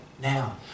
now